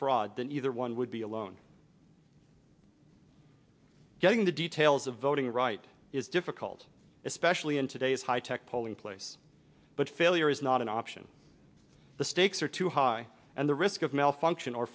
fraud than either one would be alone getting the details of voting right is difficult especially in today's high tech polling place but failure is not an option the stakes are too high and the risk of malfunction or